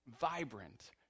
vibrant